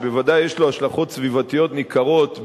שבוודאי יש לו השלכות סביבתיות ניכרות,